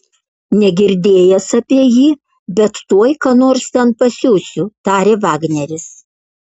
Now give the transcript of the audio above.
negirdėjęs apie jį bet tuoj ką nors ten pasiųsiu tarė vagneris